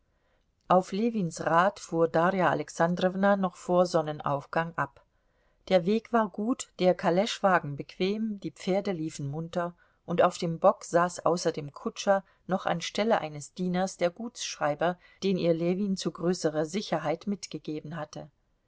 auf ljewins rat fuhr darja alexandrowna noch vor sonnenaufgang ab der weg war gut der kaleschwagen bequem die pferde liefen munter und auf dem bock saß außer dem kutscher noch an stelle eines dieners der gutsschreiber den ihr ljewin zu größerer sicherheit mitgegeben hatte